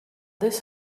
this